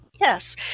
Yes